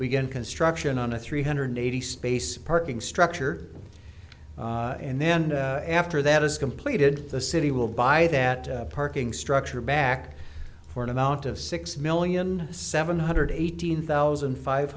begin construction on a three hundred eighty space parking structure and then after that is completed the city will buy that parking structure back for an amount of six million seven hundred eighteen thousand five